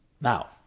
Now